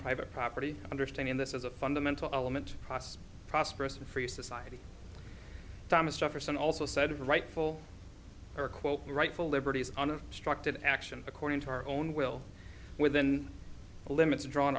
private property understanding this is a fundamental element prosperous and free society thomas jefferson also said rightful or quote the rightful liberties under structed action according to our own will within limits draw